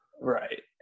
Right